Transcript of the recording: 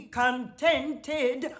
contented